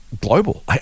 Global